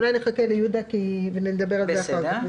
אולי נחכה שיהודה יחזור ונדבר על זה אחר כך.